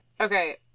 Okay